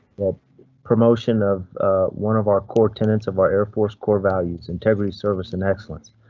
the promotion of one of our core tenants of our air force core values, integrity service and excellence.